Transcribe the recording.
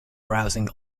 browsing